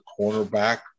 cornerback